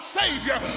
savior